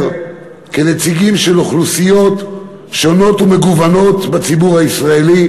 כנציגים של אוכלוסיות שונות ומגוונות בציבור הישראלי,